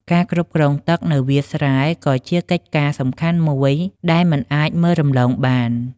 ការគ្រប់គ្រងទឹកនៅវាលស្រែក៏ជាកិច្ចការសំខាន់មួយដែលមិនអាចមើលរំលងបាន។